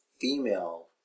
female